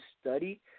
study